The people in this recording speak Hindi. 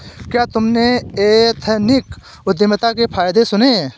क्या तुमने एथनिक उद्यमिता के फायदे सुने हैं?